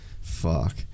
fuck